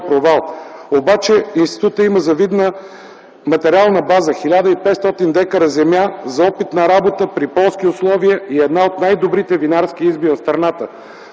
провал. Обаче институтът има завидна материална база – 1500 дка земя за опитна работа при полски условия и една от най-добрите винарски изби в страната.